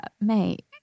mate